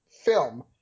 film